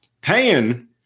paying